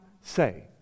say